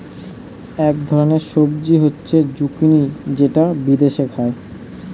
এক ধরনের সবজি হচ্ছে জুকিনি যেটা বিদেশে খায়